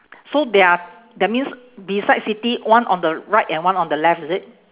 so there are that means beside city one on the right and one on the left is it